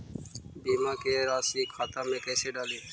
बीमा के रासी खाता में कैसे डाली?